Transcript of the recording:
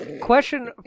question